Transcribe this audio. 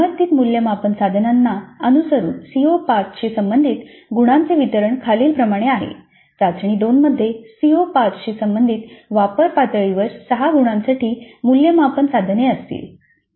तर संबंधित मूल्यमापन साधनांना अनुसरून सीओ 5 शी संबंधित गुणांचे वितरण खालीलप्रमाणे आहेः चाचणी 2 मध्ये सीओ 5 शी संबंधित वापर पातळीवर 6 गुणांसाठी मूल्यमापन साधने असतील